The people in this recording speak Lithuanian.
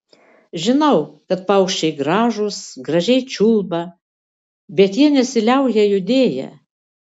žinau kad paukščiai gražūs gražiai čiulba bet jie nesiliauja judėję